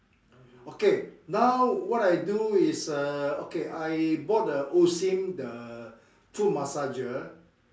okay now what I do is err okay I bought the Osim the foot massager